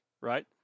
Right